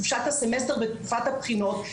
חופשת הסמסטר ותקופת הבחינות.